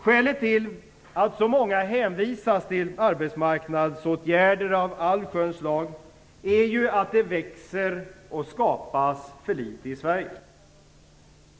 Skälet till att så många hänvisas till arbetsmarknadsåtgärder av allsköns slag, är ju att det växer för litet och skapas för litet i Sverige.